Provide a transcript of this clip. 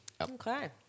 Okay